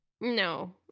No